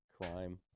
crime